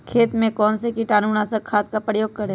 खेत में कौन से कीटाणु नाशक खाद का प्रयोग करें?